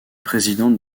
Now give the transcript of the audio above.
présidente